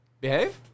Behave